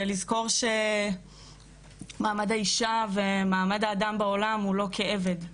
ולזכור שמעמד האישה ומעמד האדם בעולם הוא לא כעבד.